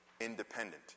independent